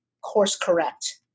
course-correct